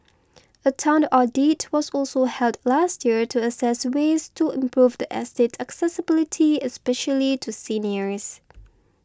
a town audit was also held last year to assess ways to improve the estate's accessibility especially to seniors